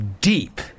deep